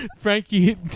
Frankie